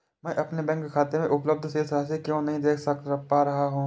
मैं अपने बैंक खाते में उपलब्ध शेष राशि क्यो नहीं देख पा रहा हूँ?